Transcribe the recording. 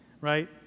right